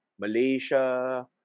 Malaysia